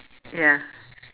ya